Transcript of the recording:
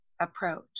approach